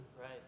Right